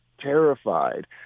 terrified